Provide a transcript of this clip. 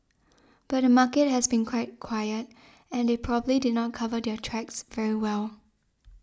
but the market has been quite quiet and they probably did not cover their tracks very well